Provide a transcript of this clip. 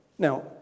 Now